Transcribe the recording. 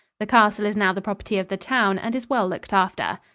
the castle is now the property of the town and is well looked after.